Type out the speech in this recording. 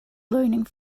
learning